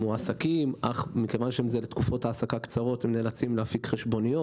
אבל מכיוון שאלה תקופות העסקה קצרות הם נאלצים להפיק חשבוניות.